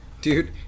dude